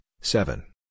seven